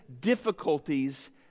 difficulties